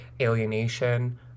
alienation